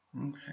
Okay